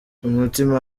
umutima